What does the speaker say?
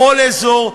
בכל אזור,